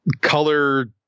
color